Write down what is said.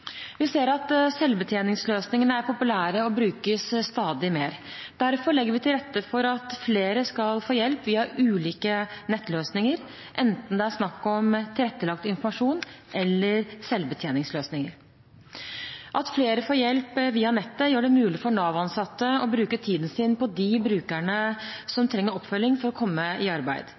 Vi ser at selvbetjeningsløsningene er populære og brukes stadig mer. Derfor legger vi til rette for at flere skal få hjelp via ulike nettløsninger, enten det er snakk om tilrettelagt informasjon eller selvbetjeningsløsninger. At flere får hjelp via nettet, gjør det mulig for Nav-ansatte å bruke tiden sin på de brukerne som trenger oppfølging for å komme i arbeid.